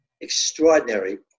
extraordinary